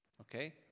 Okay